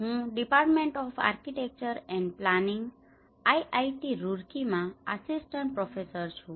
હું department of architecture and planning IIT Roorkee માં assistant professor છું